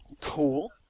Cool